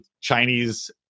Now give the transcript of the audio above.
Chinese